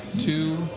two